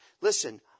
listen